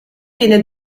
viene